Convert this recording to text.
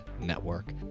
Network